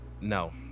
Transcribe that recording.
No